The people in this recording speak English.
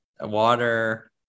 water